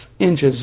inches